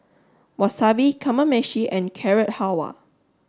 Wasabi Kamameshi and Carrot Halwa